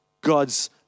God's